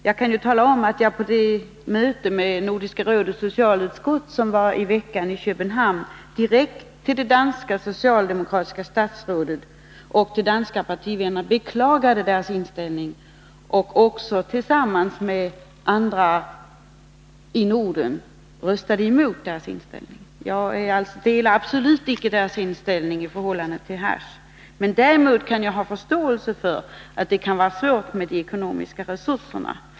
Och jag kan tala om att jag på det möte med Nordiska rådets socialutskott som ägde rum i Köpenhamn i veckan direkt till det danska socialdemokratiska statsrådet och inför de danska partivännerna beklagade deras inställning. Jag röstade också tillsammans med andra i Norden emot det förslag i vilket denna inställning kom till uttryck. Jag delar absolut icke danskarnas uppfattning när det gäller inställningen till hasch. Däremot kan jag som sagt ha förståelse för att det kan vara svårt med de ekonomiska resurserna.